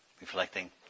reflecting